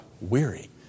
weary